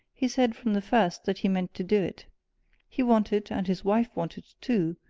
he said, from the first, that he meant to do it he wanted, and his wife wanted too,